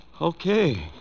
Okay